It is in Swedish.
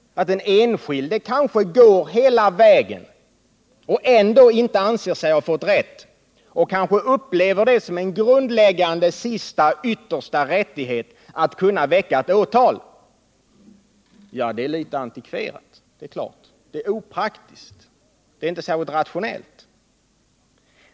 Att den enskilde kanske går hela vägen och ändå inte anser sig ha fått rätt utan upplever det som en grundläggande sista rättighet att kunna väcka ett åtal, det är litet antikverat, opraktiskt och inte särskilt rationellt.